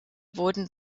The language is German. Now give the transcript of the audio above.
wurden